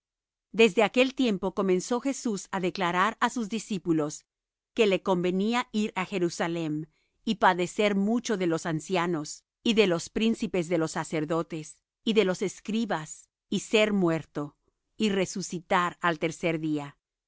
desde aquel tiempo comenzó jesús á declarar á sus discípulos que le convenía ir á jerusalem y padecer mucho de los ancianos y de los príncipes de los sacerdotes y de los escribas y ser muerto y resucitar al tercer día